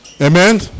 Amen